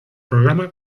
programa